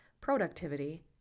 Productivity